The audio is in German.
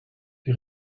die